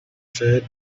said